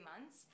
months